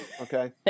Okay